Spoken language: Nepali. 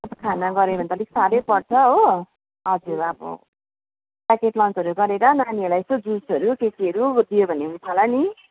अन्त खाना गऱ्यो भने त अलिक साह्रै पर्छ हो हजुर अब प्याकेट लन्चहरू गरेर नानीहरूलाई यसो जुसहरू के के दियो भने हुन्छ होला नि